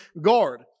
Guard